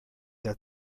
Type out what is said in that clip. der